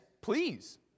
please